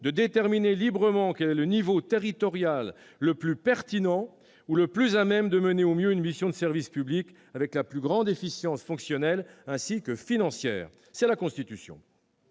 de déterminer librement quel est le niveau territorial le plus pertinent ou le plus à même de mener au mieux une mission de service public, avec la plus grande efficience fonctionnelle ainsi que financière. C'est inscrit dans